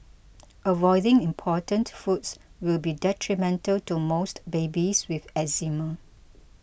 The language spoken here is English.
avoiding important foods will be detrimental to most babies with eczema